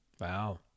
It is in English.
Wow